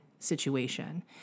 situation